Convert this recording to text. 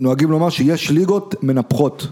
נוהגים לומר שיש ליגות מנפחות